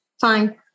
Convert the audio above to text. Fine